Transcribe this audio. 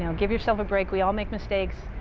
you know give yourself a break. we all make mistakes.